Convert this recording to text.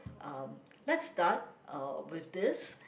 um let's start uh with this